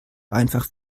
einfach